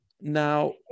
Now